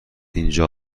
اینجا